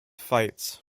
fights